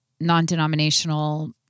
non-denominational